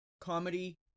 comedy